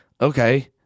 okay